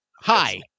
hi